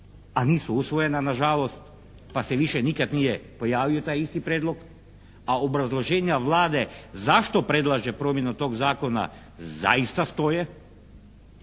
a nisu usvojena nažalost, pa se više nikad nije pojavio taj isti prijedlog, a obrazloženja Vlade zašto predlaže promjenu tog zakona zaista stoje